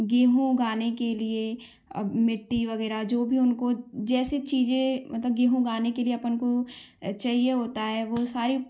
गेहूँ उगाने के लिए अब मिट्टी वगैरह जो भी उनको जैसे चीज़ें मतलब गेहूँ उगाने के लिए अपन को चाहिए होता है वह सारी